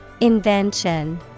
Invention